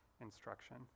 instruction